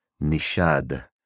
Nishad